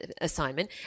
assignment